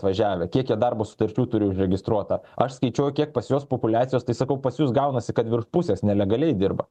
atvažiavę kiek darbo sutarčių turi registruota aš skaičiuoju kiek pas juos populiacijos tai sakau pas jus gaunasi kad virš pusės nelegaliai dirba